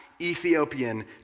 Ethiopian